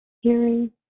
hearing